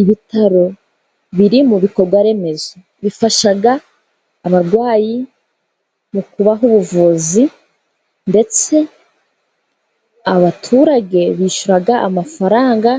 Ibitaro biri mu bikorwa remezo bifasha abarwayi mu kubaha ubuvuzi, ndetse abaturage bishyura amafaranga